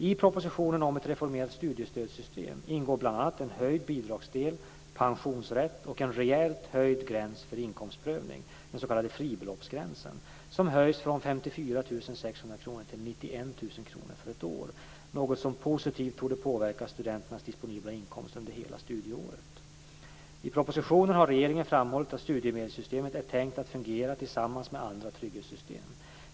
I propositionen om ett reformerat studiestödssystem ingår bl.a. en höjd bidragsdel, pensionsrätt och en rejält höjd gräns för inkomstprövning, den s.k. fribeloppsgränsen, som höjs från 54 600 kr till 91 000 kr för ett år, något som positivt torde påverka studenternas disponibla inkomst under hela studieåret. I propositionen har regeringen framhållit att studiemedelssystemet är tänkt att fungera tillsammans med andra trygghetssystem.